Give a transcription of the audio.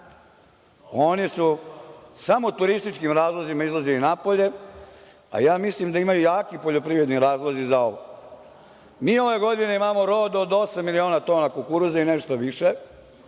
Oni su samo turističkim razlozima izlazili napolje, a ja mislim da imaju jaki poljoprivredni razlozi za ovo. Mi ove godine imamo brod od osam miliona tona kukuruza i nešto više.